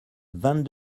vingt